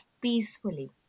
peacefully